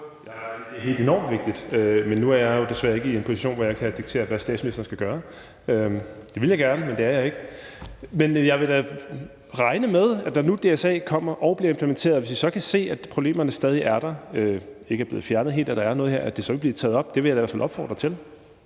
Det er helt enormt vigtigt. Men nu er jeg jo desværre ikke i en position, hvor jeg kan diktere, hvad statsministeren skal gøre. Det ville jeg gerne være, men det er jeg ikke. Men jeg vil da regne med, at hvis vi, når nu DSA kommer og bliver implementeret, så kan se, at problemerne stadig er der og ikke er blevet fjernet helt, og at der er noget her, så vil det blive taget op. Det vil jeg da i hvert fald opfordre til.